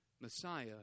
Messiah